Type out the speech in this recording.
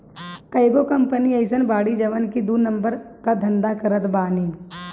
कईगो कंपनी अइसन बाड़ी जवन की दू नंबर कअ धंधा करत बानी